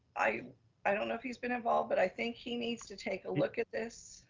i i don't know if he's been involved, but i think he needs to take a look at this.